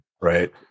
right